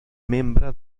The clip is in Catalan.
membre